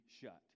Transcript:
shut